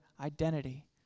identity